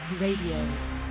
Radio